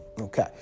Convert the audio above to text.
Okay